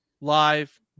live